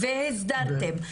והסדרתם.